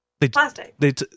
plastic